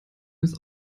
ist